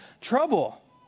trouble